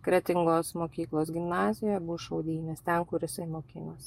kretingos mokyklos gimnazijoje bus šaudynės ten kur jisai mokinosi